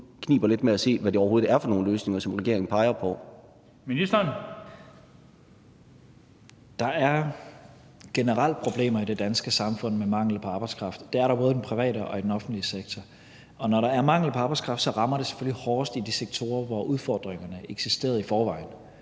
Ministeren. Kl. 16:06 (Beskæftigelsesministeren) Mattias Tesfaye (fg.): Der er generelt problemer i det danske samfund med mangel på arbejdskraft. Det er der både i den private og i den offentlige sektor. Og når der er mangel på arbejdskraft, rammer det selvfølgelig hårdest i de sektorer, hvor udfordringerne eksisterede i forvejen,